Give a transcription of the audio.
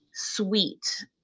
Sweet